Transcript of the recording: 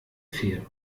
fähre